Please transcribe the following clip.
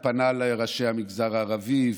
הוא פנה לראשי המגזר הערבי,